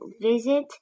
visit